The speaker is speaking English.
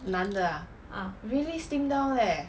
男的 ah really slim down leh